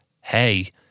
hey